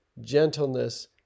gentleness